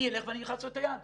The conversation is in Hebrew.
אני אלך ואני אלחץ לו את היד.